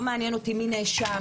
לא מעניין אותי מי נאשם,